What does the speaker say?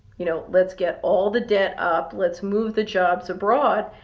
you know let's get all the debt up let's move the jobs abroad?